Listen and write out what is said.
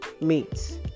meats